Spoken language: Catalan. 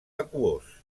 aquós